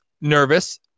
nervous